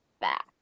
back